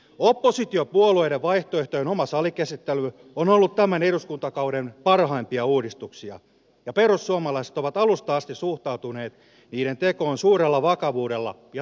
oppositiopuolueiden vaihtoehtojen oma salikäsittely on ollut tämän eduskuntakauden parhaimpia uudistuksia ja perussuomalaiset ovat alusta asti suhtautuneet niiden tekoon suurella vakavuudella ja tarkkuudella